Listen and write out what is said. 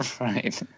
Right